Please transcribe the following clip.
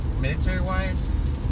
military-wise